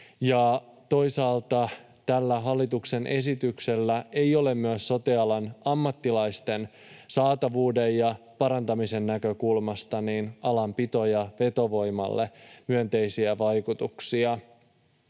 toisaalta tällä hallituksen esityksellä ei ole myöskään sote-alan ammattilaisten saatavuuden ja parantamisen näkökulmasta alan pito- ja vetovoimalle myönteisiä vaikutuksia.